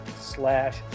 slash